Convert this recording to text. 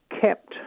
kept